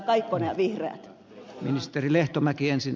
kaikkonen ja vihreät